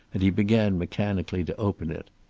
and he began mechanically to open it.